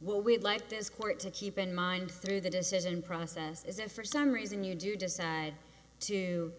would like this court to keep in mind through the decision process is if for some reason you do decide to